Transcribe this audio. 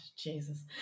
jesus